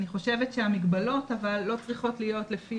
אבל אני חושבת שהמגבלות לא צריכות להיות לפי